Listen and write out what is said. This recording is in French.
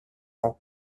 ans